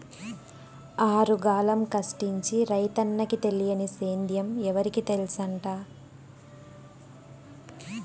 ఆరుగాలం కష్టించి రైతన్నకి తెలియని సేద్యం ఎవరికి తెల్సంట